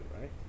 right